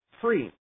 free